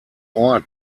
ort